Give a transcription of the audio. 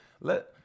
let